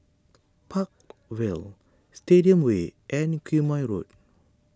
Park Vale Stadium Way and Quemoy Road